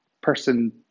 person